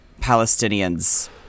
Palestinians